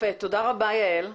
תודה רבה יעל.